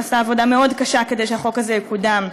שעשה עבודה מאוד קשה כדי שהחוק הזה יקודם,